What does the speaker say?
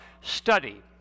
study